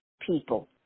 people